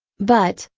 but,